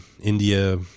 India